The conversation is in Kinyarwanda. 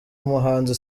umuhanzi